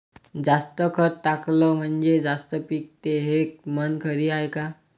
जास्त खत टाकलं म्हनजे जास्त पिकते हे म्हन खरी हाये का?